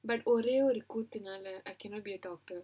but ஒரே ஒரு கூத்துனால:orae oru koothunaala I cannot be a doctor